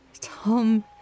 Tom